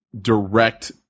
direct